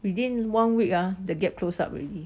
within one week ah the gap close up already